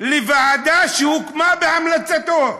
לוועדה שהוקמה בהמלצתו.